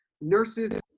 nurses